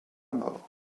mort